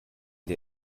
der